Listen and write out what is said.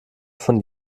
von